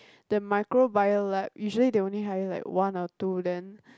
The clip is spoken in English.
the microbio lab usually they only hire like one or two then